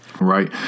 right